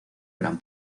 gran